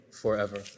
forever